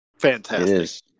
fantastic